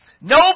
No